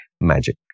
magic